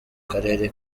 karere